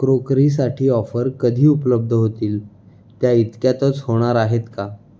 क्रोकरीसाठी offer कधी उपलब्ध होतील त्या इतक्यातच होणार आहेत का